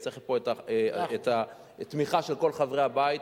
וצריך פה את התמיכה של כל חברי הבית,